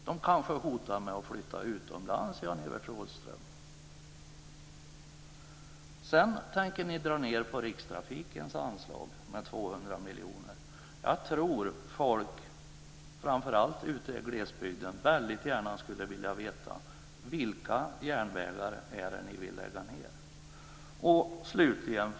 De kanske hotar med att flytta utomlands, Sedan tänker moderaterna dra ned på rikstrafikens anslag med 200 miljoner. Jag tror att folk, framför allt i glesbygden, väldigt gärna skulle vilja veta vilka järnvägar som ni vill lägga ned.